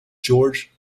george